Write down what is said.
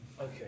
Okay